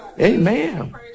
Amen